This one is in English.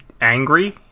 angry-